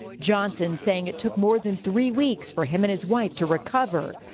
johnson saying it took more than three weeks for him and his wife to recover.